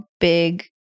Big